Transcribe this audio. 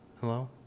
Hello